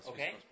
Okay